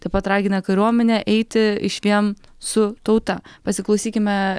taip pat ragina kariuomenę eiti išvien su tauta pasiklausykime